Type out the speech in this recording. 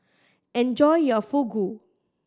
enjoy your Fugu